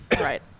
Right